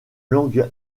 langue